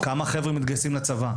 כמה חבר'ה מתגייסים לצבא?